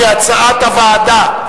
כהצעת הוועדה.